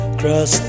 cross